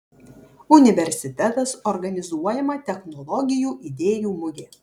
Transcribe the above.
universitetas organizuojama technologijų idėjų mugė